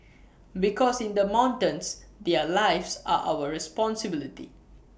because in the mountains their lives are our responsibility